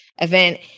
event